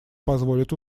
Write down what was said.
позволят